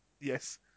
Yes